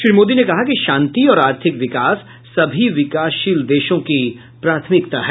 श्री मोदी ने कहा कि शांति और आर्थिक विकास सभी विकासशील देशों की प्राथमिकता है